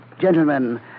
Gentlemen